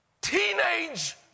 teenage